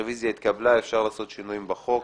הרוויזיה התקבלה, אפשר לעשות שינויים בחוק.